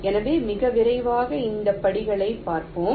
எனவே மிக விரைவாக இந்த படிகளைப் பார்ப்போம்